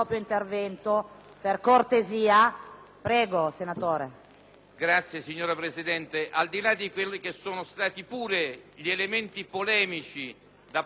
Grazie, signora Presidente.